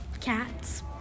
Cats